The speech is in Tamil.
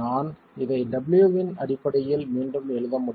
நான் இதை w இன் அடிப்படையில் மீண்டும் எழுத முடியும்